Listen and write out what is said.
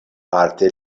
parte